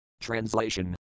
Translation